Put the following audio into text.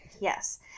Yes